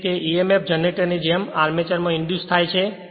તેથી તે emf જનરેટરની જેમ આર્મચરમાં ઇંડ્યુસ થાય છે